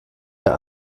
der